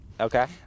Okay